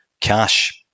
cash